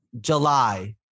July